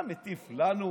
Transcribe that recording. אתה מטיף לנו?